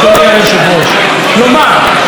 גם כשיש לכאורה פרטנר,